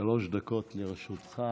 שלוש דקות לרשותך.